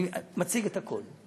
אני מציג את הכול.